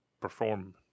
perform